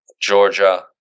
Georgia